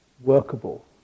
workable